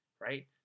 right